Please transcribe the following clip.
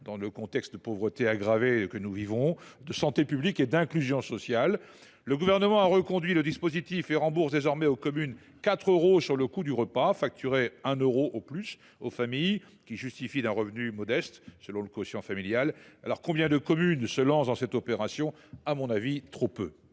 dans le contexte de pauvreté aggravée que nous vivons, d’un enjeu alimentaire, de santé publique et d’inclusion sociale. Le Gouvernement a reconduit le dispositif et rembourse désormais aux communes 4 euros sur le coût du repas, facturé 1 euro au plus aux familles qui justifient d’un revenu modeste selon le quotient familial. Combien de communes se lancent dans cette opération ? À mon avis, trop peu.